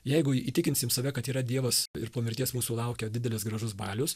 jeigu įtikinsim save kad yra dievas ir po mirties mūsų laukia didelis gražus balius